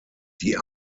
die